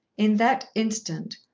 in that instant,